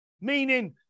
Meaning